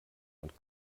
und